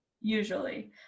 Usually